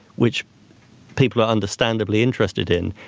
which people are understandably interested in,